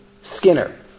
Skinner